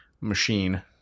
machine